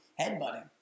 headbutting